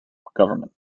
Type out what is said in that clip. government